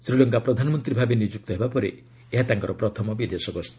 ଶ୍ରୀଲଙ୍କା ପ୍ରଧାନମନ୍ତ୍ରୀ ଭାବେ ନିଯୁକ୍ତ ହେବା ପରେ ଏହା ତାଙ୍କର ପ୍ରଥମ ବିଦେଶ ଗସ୍ତ